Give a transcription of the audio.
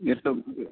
એકદમ